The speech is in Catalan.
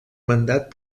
mandat